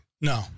No